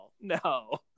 no